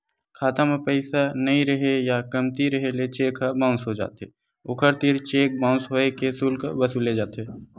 खाता म पइसा नइ रेहे या कमती रेहे ले चेक ह बाउंस हो जाथे, ओखर तीर चेक बाउंस होए के सुल्क वसूले जाथे